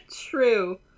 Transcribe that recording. True